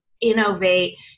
innovate